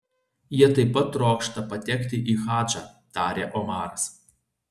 jie taip pat trokšta patekti į hadžą tarė omaras